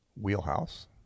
wheelhouse